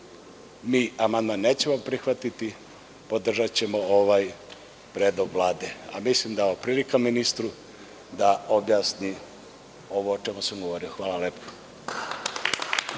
mi amandman nećemo prihvatiti. Podržaćemo predlog Vlade a mislim da je ovo prilika ministru da objasni ovo o čemu sam govorio. Hvala lepo.